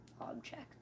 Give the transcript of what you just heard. object